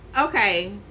Okay